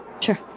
Sure